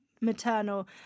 Maternal